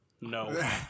No